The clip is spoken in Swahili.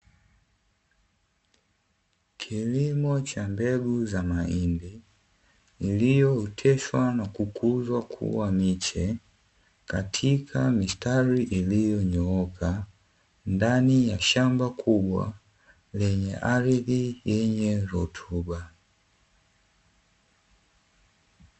Kilimo cha mbegu za mimea iliyooteshwa na kukuzwa kuwa miche katika mistari iliyonyooka, ndani ya shamba kubwa lenye ardhi yenye rutuba.